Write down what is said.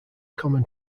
common